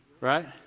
Right